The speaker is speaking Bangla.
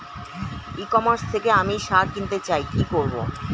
ই কমার্স থেকে আমি সার কিনতে চাই কি করব?